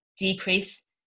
decrease